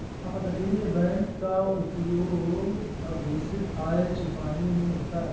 अपतटीय बैंक का उपयोग अघोषित आय छिपाने में होता है